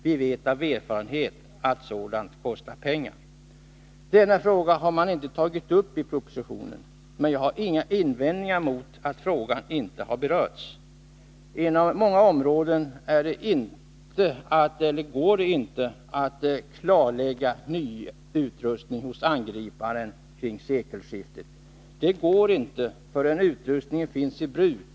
Vi vet av erfarenhet att ett sådant kostar pengar.” Denna fråga har man inte tagit upp i propositionen. Jag har inget att invända mot att detta inte berörts. Inom många områden går det inte att åstadkomma ett klarläggande när det gäller ny utrustning hos angriparen kring sekelskiftet. Det är inte möjligt förrän utrustningen i fråga tagits i bruk.